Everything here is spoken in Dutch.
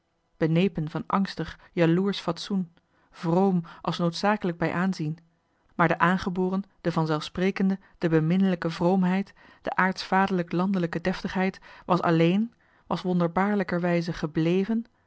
benepen van angstig jaloersch fatsoen vroom als noodzakelijk bij aanzien maar de aangeboren de van zelf sprekende de beminnelijke vroomheid de aartsvaderlijk landelijke deftigheid was alléén was wonderbaarlijkerwijze gebléven